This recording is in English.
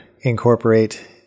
incorporate